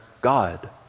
God